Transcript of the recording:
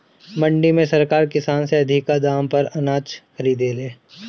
मंडी में सरकार किसान से अधिका दाम पर अनाज खरीदे ले